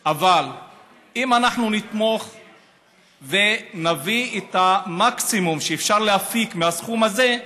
אבל אם אנחנו נתמוך ונביא את המקסימום שאפשר להפיק מהסכום הזה,